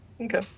Okay